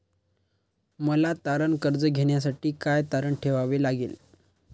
मला तारण कर्ज घेण्यासाठी काय तारण ठेवावे लागेल?